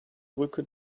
brücke